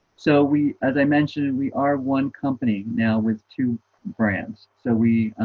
so we as i mentioned we are one company now with two brands. so we